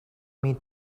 meet